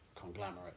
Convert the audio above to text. conglomerate